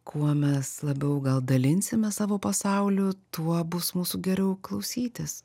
kuo mes labiau gal dalinsimės savo pasauliu tuo bus mūsų geriau klausytis